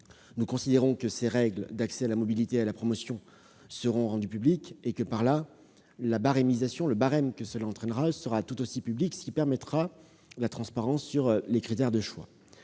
Nous considérons que ces règles d'accès à la mobilité, à la promotion, seront rendues publiques et que, ce faisant, le barème y afférent sera tout aussi public, ce qui permettra de faire la transparence sur les critères de choix.